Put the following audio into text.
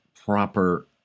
proper